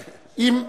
תרשה לי שאלה אחת.